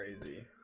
crazy